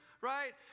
Right